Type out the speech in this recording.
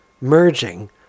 merging